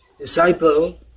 disciple